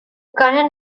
current